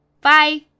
Bye